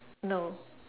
no